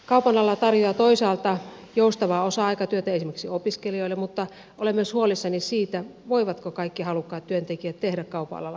kaupan ala tarjoaa toisaalta joustavaa osa aikatyötä esimerkiksi opiskelijoille mutta olen myös huolissani siitä voivatko kaikki halukkaat työntekijät tehdä kaupan alalla kokoaikaista työtä